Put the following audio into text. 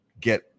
get